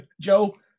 Joe